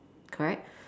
correct